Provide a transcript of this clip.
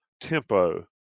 tempo